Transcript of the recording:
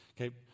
Okay